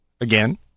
again